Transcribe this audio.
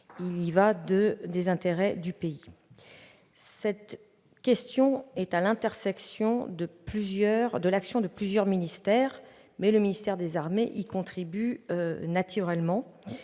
il y va des intérêts du pays. Cette question est à l'intersection de l'action de plusieurs ministères, et le ministère des armées y contribue naturellement.